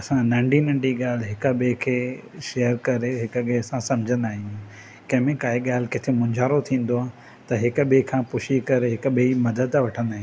असां नंढी नंढी ॻाल्हि हिक ॿिए खे शेयरु करे हिक ॿिए सां सम्झंदा आहियूं कंहिं में काई ॻाल्हि किथे मुन्झारो थींदो आहे त हिक ॿिए खां पुछी करे हिक ॿिए जी मदद वठंदा आहियूं